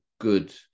good